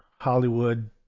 Hollywood